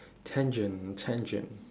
tangent tangent